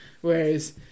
Whereas